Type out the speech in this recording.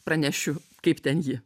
pranešiu kaip ten ji